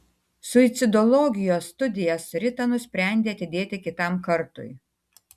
suicidologijos studijas rita nusprendė atidėti kitam kartui